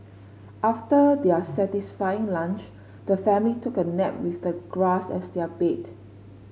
after their satisfying lunch the family took a nap with the grass as their bed